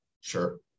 Sure